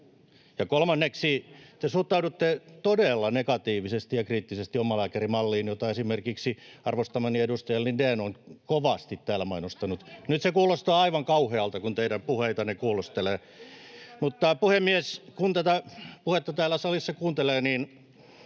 Ja kolmanneksi: Te suhtaudutte todella negatiivisesti ja kriittisesti omalääkärimalliin, jota esimerkiksi arvostamani edustaja Lindén on kovasti täällä mainostanut. Nyt se kuulostaa aivan kauhealta, kun teidän puheitanne kuulostelee. Puhemies! Kun tätä puhetta täällä salissa kuuntelee, niin